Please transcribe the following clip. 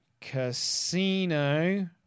Casino